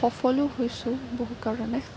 সফলো হৈছো বহু কাৰণে